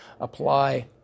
apply